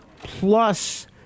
plus